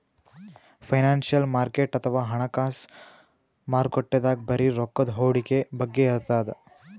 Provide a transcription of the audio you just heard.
financial market ಅಥವಾ ಹಣಕಾಸ್ ಮಾರುಕಟ್ಟೆದಾಗ್ ಬರೀ ರೊಕ್ಕದ್ ಹೂಡಿಕೆ ಬಗ್ಗೆ ಇರ್ತದ್